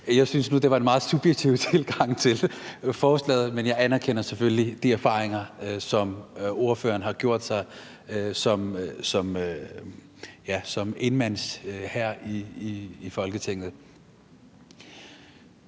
jeg synes nu, at det var en meget subjektiv tilgang til forslaget. Men jeg anerkender selvfølgelig de erfaringer, som ordføreren har gjort sig som enmandshær i Folketinget.